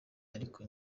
ariko